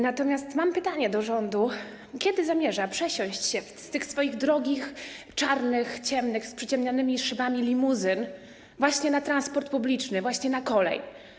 Natomiast mam pytanie do rządu: Kiedy zamierza przesiąść się z tych swoich drogich, czarnych, ciemnych, z przyciemnianymi szybami limuzyn właśnie na transport publiczny, właśnie na kolej?